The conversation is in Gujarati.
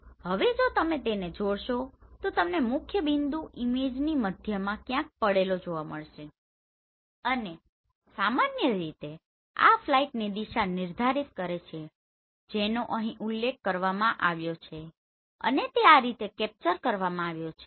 હવે જો તમે તેને જોડશો તો તમને મુખ્યબિંદુ ઈમેજની મધ્યમાં ક્યાંક પડેલો જોવા મળશે અને સામાન્ય રીતે આ ફ્લાઇટની દિશા નિર્ધારિત કરે છે જેનો અહીં ઉલ્લેખ કરવામાં આવ્યો છે અને તે આ રીતે કેપ્ચર કરવામાં આવ્યો છે